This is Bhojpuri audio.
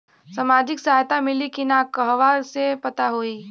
सामाजिक सहायता मिली कि ना कहवा से पता होयी?